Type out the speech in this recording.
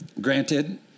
Granted